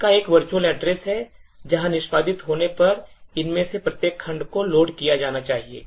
इसका एक virtual address है जहां निष्पादित होने पर इनमें से प्रत्येक खंड को लोड किया जाना चाहिए